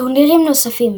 טורנירים נוספים